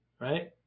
right